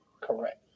Correct